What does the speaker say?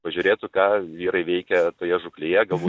pažiūrėtų ką vyrai veikia toje žūklėje galbūt